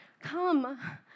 Come